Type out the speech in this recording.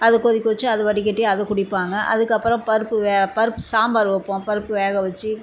அதை கொதிக்க வச்சி அதை வடிகட்டி அதை குடிப்பாங்க அதுக்கு அப்புறம் பருப்பு வேக பருப்பு சாம்பார் வைப்போம் பருப்பு வேக வச்சி